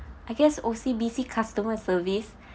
I guess O_C_B_C customer service